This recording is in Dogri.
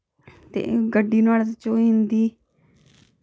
ते गड्डी नुहाड़़े च होई जंदी